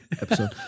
episode